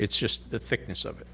it's just the thickness of it